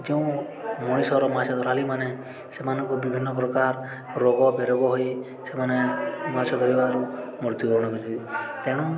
ଯେଉଁ ମଣିଷର ମାଛ ଧରାଲୀମାନେ ସେମାନଙ୍କୁ ବିଭିନ୍ନ ପ୍ରକାର ରୋଗ ବେରୋଗ ହୋଇ ସେମାନେ ମାଛ ଧରିବାରୁ ମୃତ୍ୟୁବରଣ କରନ୍ତି ତେଣୁ